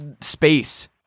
space